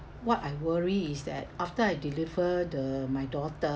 what I worry is that after I deliver the my daughter